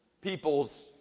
people's